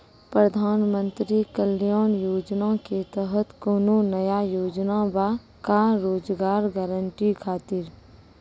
प्रधानमंत्री कल्याण योजना के तहत कोनो नया योजना बा का रोजगार गारंटी खातिर?